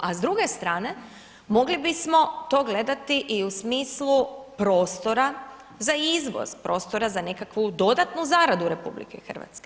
A s druge strane mogli bismo to gledati i u smislu prostora za izvoz, prostora za nekakvu dodatnu zaradu RH.